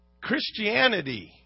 Christianity